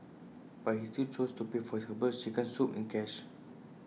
but he still chose to pay for his Herbal Chicken Soup in cash